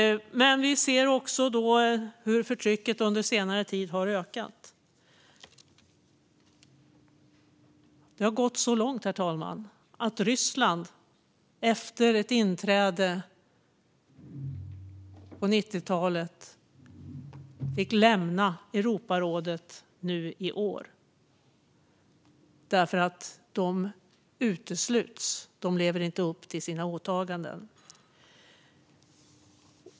Vi ser också att förtrycket under senare tid har ökat. Det har gått så långt att Ryssland, som inträdde på 90-talet, fick lämna Europarådet nu i år. Man utesluts därför att man inte lever upp till sina åtaganden.